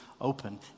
open